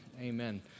Amen